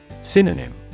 Synonym